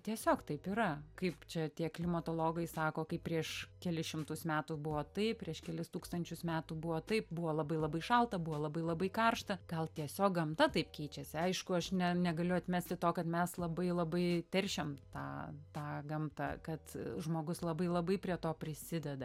tiesiog taip yra kaip čia tie klimatologai sako kaip prieš kelis šimtus metų buvo taip prieš kelis tūkstančius metų buvo taip buvo labai labai šalta buvo labai labai karšta gal tiesiog gamta taip keičiasi aišku aš ne negaliu atmesti to kad mes labai labai teršiam tą tą gamtą kad žmogus labai labai prie to prisideda